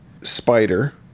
Spider